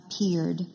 appeared